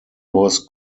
was